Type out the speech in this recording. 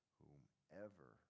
whomever